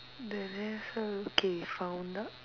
the rest all okay found out